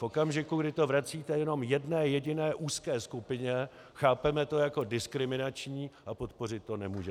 V okamžiku, kdy to vracíte jenom jedné jediné úzké skupině, chápeme to jako diskriminační a podpořit to nemůžeme.